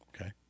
Okay